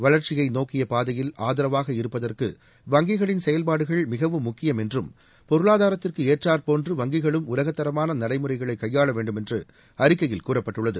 வளர்ச்சியை நோக்கிய பாதையில் ஆதரவாக இருப்பதற்கு வங்கிகளின் செயல்பாடுகள் மிகவும் முக்கியம் என்றும் பொருளாதாரத்திற்கு ஏற்றாற் போன்று வங்கிகளும் உலகத் தரமான நடைமுறைகளை கையாள வேண்டுமென்று அறிக்கையில் கூறப்பட்டுள்ளது